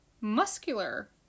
muscular